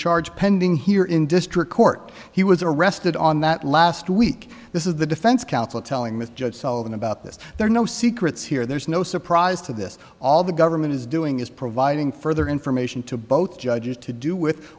charge pending here in district court he was arrested on that last week this is the defense counsel telling with judge sullivan about this there are no secrets here there's no surprise to this all the government is doing is providing further information to both judges to do with